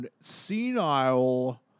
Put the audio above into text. senile